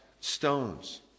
stones